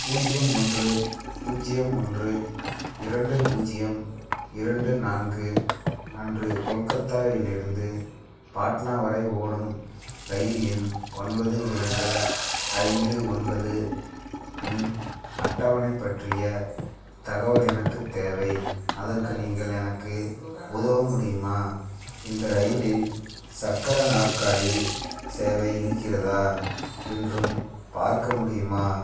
பூஜ்ஜியம் ஒன்று பூஜ்ஜியம் ஒன்று இரண்டு பூஜ்ஜியம் இரண்டு நான்கு அன்று கொல்கத்தாவிலிருந்து பாட்னா வரை ஓடும் ரயில் எண் ஒன்பது இரண்டு ஐந்து ஒன்பது இன் அட்டவணைப் பற்றிய தகவல் எனக்குத் தேவை அதற்கு நீங்கள் எனக்கு உதவ முடியுமா இந்த ரயிலில் சக்கர நாற்காலி சேவை இருக்கிறதா என்றும் பார்க்க முடியுமா